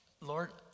Lord